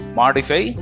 modify